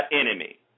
enemy